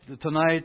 tonight